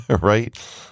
right